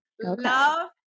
Love